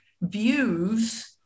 views